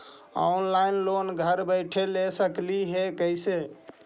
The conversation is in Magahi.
ऑनलाइन लोन घर बैठे ले सकली हे, कैसे?